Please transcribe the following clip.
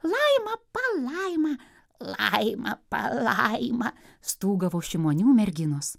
laima palaima laima palaima stūgavo šimonių merginos